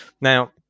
now